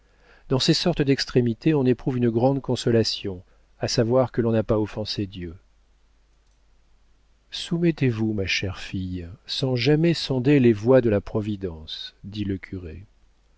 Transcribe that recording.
dans ces sortes d'extrémités on éprouve une grande consolation à savoir que l'on n'a pas offensé dieu soumettez-vous ma chère fille sans jamais sonder les voies de la providence dit le curé